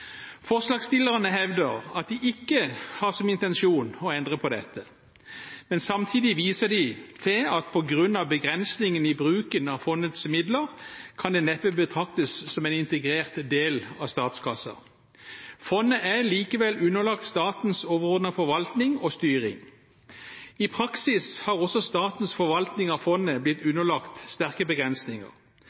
Forslagsstillerne hevder at de ikke har som intensjon å endre på dette, men samtidig viser de til at på grunn av begrensningene i bruken av fondets midler, kan de neppe betraktes som en integrert del av statskassen. Fondet er likevel underlagt statens overordnede forvaltning og styring. I praksis har også statens forvaltning av fondet blitt underlagt sterke begrensninger.